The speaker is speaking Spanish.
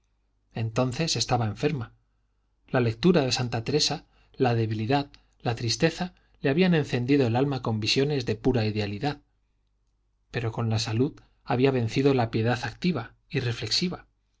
entonces estaba enferma la lectura de santa teresa la debilidad la tristeza le habían encendido el alma con visiones de pura idealidad pero con la salud había vencido la piedad activa irreflexiva